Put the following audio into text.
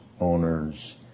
owners